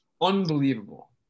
unbelievable